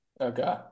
Okay